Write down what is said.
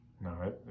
No